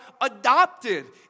adopted